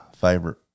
favorite